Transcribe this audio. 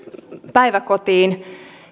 päiväkotiin